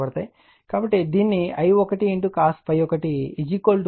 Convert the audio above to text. కాబట్టి దీన్ని I1 cos ∅ 1 I2cos 31